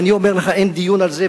אני אומר לך, אין דיון על זה.